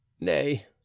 Nay